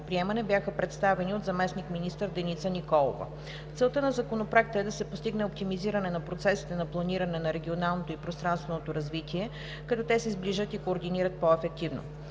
приемане бяха представени от заместник-министър Деница Николова. Целта на Законопроекта е да се постигне оптимизиране на процесите на планиране на регионалното и пространственото развитие, като те се сближат и координират по-ефективно.